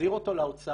להחזיר אותו לאוצר